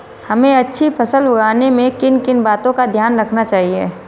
हमें अच्छी फसल उगाने में किन किन बातों का ध्यान रखना चाहिए?